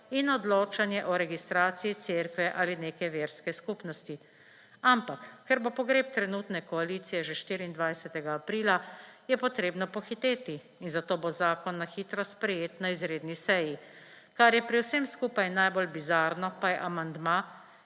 in odločanje o registraciji cerkve ali neke verske skupnosti. Ampak, ker bo pogreb trenutne koalicije že 24. aprila, je potrebno pohiteti, in zato bo zakon na hitro sprejet na izredni seji. Kar je pri vsem skupaj najbolj bizarno, pa je amandma,